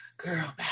Girl